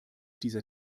dieser